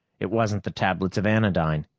it wasn't the tablets of anodyne.